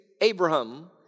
Abraham